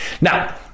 Now